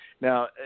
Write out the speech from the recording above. Now